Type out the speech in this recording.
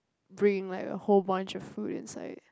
bring like the whole bunch of food inside